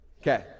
Okay